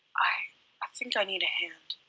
i i think i need a hand.